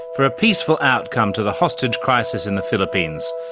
for a peaceful outcome to the hostage crisis in the philippines.